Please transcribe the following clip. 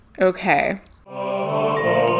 Okay